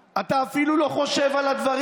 אתה אפילו לא שומע, אתה אפילו לא חושב על הדברים.